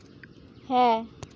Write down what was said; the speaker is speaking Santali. ᱦᱮᱸ